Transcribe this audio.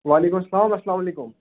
وعلیکُم سَلام اسلامُ علیکُم